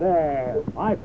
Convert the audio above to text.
that i